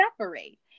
separate